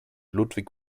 ludwig